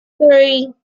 three